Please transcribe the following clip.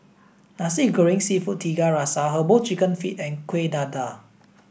Nasi Goreng Seafood Tiga Rasa herbal chicken feet and Kuih Dadar